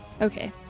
Okay